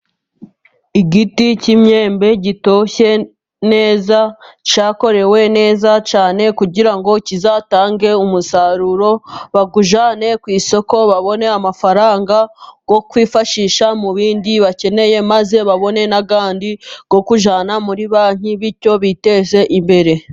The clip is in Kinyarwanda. Igiti cy'imyembe gitoshye neza cyakorewe neza cyane, kugira ngo kizatange umusaruro bawujyane ku isoko, babone amafaranga yo kwifashisha mu bindi bakeneye, maze babone n'ayandi yo kujyana muri banki bityo biteze imbere.